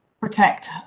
protect